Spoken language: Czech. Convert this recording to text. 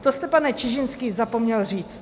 To jste, pane Čižinský, zapomněl říct.